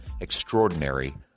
extraordinary